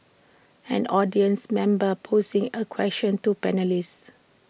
an audience member posing A question to panellists